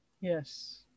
Yes